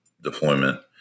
deployment